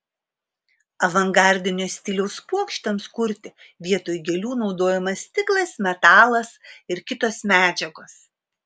avangardinio stiliaus puokštėms kurti vietoj gėlių naudojamas stiklas metalas ir kitos medžiagos